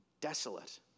desolate